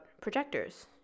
projectors